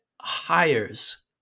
hires